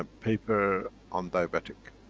paper on diabetic.